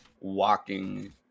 walking